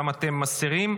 גם אתם מסירים.